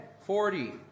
forty